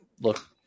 look